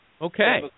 Okay